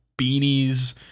beanies